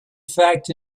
fact